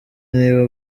niba